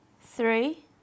three